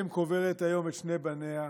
אם קוברת היום את שני בניה.